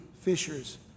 fishers